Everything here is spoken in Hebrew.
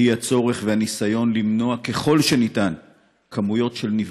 הצורך והניסיון למנוע ככל שניתן כמויות של נפגעים.